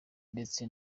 ndetse